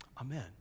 Amen